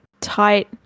tight